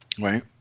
Right